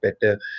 better